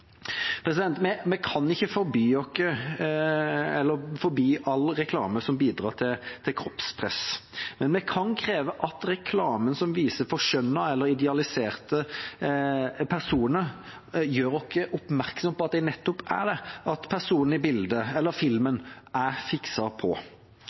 Vi kan ikke forby all reklame som bidrar til kroppspress, men vi kan kreve at reklamen som viser forskjønnede eller idealiserte personer, gjør oss oppmerksomme på at de nettopp er det – at personene i bildet eller